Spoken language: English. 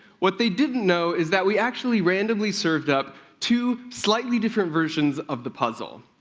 what they didn't know is that we actually randomly served up two slightly different versions of the puzzle.